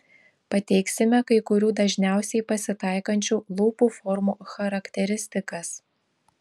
pateiksime kai kurių dažniausiai pasitaikančių lūpų formų charakteristikas